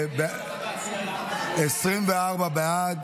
24 בעד,